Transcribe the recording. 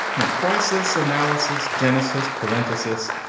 you know, crisis analysis, genesis, parentheses,